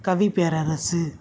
கவிப்பேரரசு